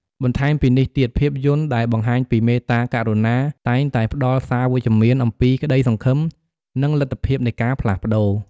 បន្ថែមពីនេះទៀត ភាពយន្តដែលបង្ហាញពីមេត្តាករុណា តែងតែផ្ដល់សារវិជ្ជមានអំពីក្តីសង្ឃឹម និងលទ្ធភាពនៃការផ្លាស់ប្ដូរ។